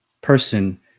person